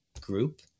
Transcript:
group